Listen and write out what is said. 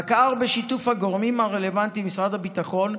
פקע"ר, בשיתוף הגורמים הרלוונטיים ממשרד הביטחון,